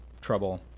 trouble